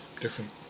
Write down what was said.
different